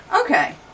Okay